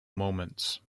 moments